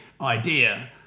idea